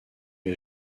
est